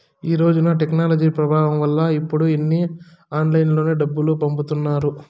ఈ రోజున టెక్నాలజీ ప్రభావం వల్ల ఇప్పుడు అన్నీ ఆన్లైన్లోనే డబ్బులు పంపుతుంటారు